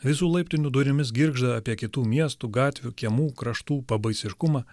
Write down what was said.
visų laiptinių durimis girgžda apie kitų miestų gatvių kiemų kraštų pabaisiškumą